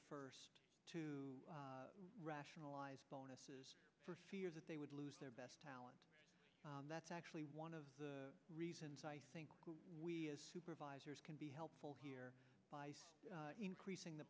first to rationalize bonuses for fear that they would lose their best talent that's actually one of the reasons i think we as supervisors can be helpful here creasing the